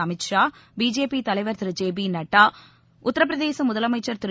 Amit Shah BJP தலைவர் Thiru J P Nadda உத்திரப்பிரதேச முதலமைச்சர் திரு